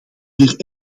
hier